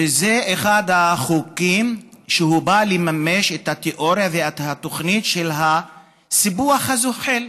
וזה אחד החוקים שבאו לממש את התיאוריה והתוכנית של הסיפוח הזוחל,